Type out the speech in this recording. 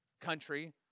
country